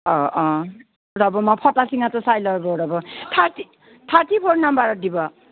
অ অ ৰ'ব মই ফটা চিঙাটো চাই লওঁ ৰ'ব থাৰ্টি থাৰ্টি ফ'ৰ নাম্বাৰত দিব